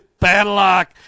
Padlock